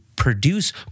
produce